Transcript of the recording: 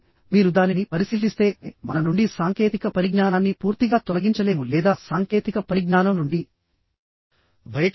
కాబట్టి మీరు దానిని పరిశీలిస్తే మన నుండి సాంకేతిక పరిజ్ఞానాన్ని పూర్తిగా తొలగించలేము లేదా సాంకేతిక పరిజ్ఞానం నుండి బయటకు రాలేము